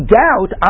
doubt